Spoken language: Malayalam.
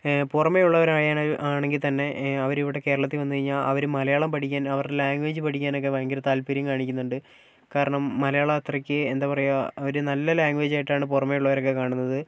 പുറമെ ഉള്ളവരായാണ് ആണെങ്കിൽത്തന്നെ അവർ ഇവിടെ കേരളത്തിൽ വന്നുകഴിഞ്ഞാൽ അവരും മലയാളം പഠിക്കാൻ അവരെ ലാംഗ്വേജ് പഠിക്കാനൊക്കെ ഭയങ്കര താൽപ്പര്യം കാണിക്കുന്നുണ്ട് കാരണം മലയാളം അത്രയ്ക്ക് എന്താപറയുക ഒരു നല്ല ലാംഗ്വേജ് ആയിട്ടാണ് പുറമെ ഉള്ളവരൊക്കെ കാണുന്നത്